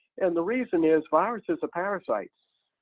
and the reason is viruses are parasites.